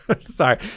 Sorry